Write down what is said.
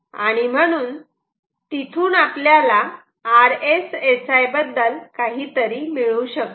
आणि म्हणून तिथून आपल्याला RSSI बद्दल काही तरी मिळू शकते